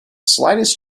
slightest